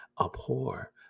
abhor